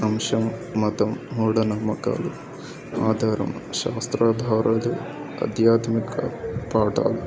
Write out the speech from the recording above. అంశం మతం మూఢనమ్మకాలు ఆధారం శాస్త్రాధారలు అధ్యాత్మిక పాఠాలు